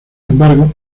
embargo